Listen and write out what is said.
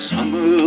Summer